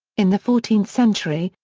in the fourteenth century,